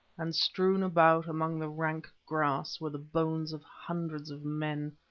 and strewn about among the rank grass were the bones of hundreds of men,